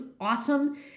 awesome